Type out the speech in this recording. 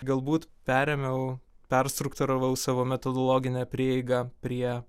galbūt perėmiau perstruktūravau savo metodologinę prieigą prie